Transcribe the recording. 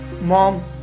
Mom